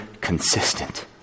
consistent